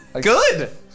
Good